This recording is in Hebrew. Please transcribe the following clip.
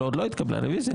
הדיון